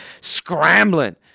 scrambling